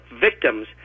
victims